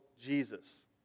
Jesus